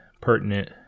pertinent